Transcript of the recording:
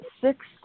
six